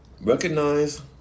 Recognize